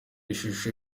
ishusho